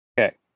Okay